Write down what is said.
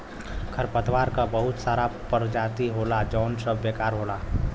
खरपतवार क बहुत सारा परजाती होला जौन सब बेकार होला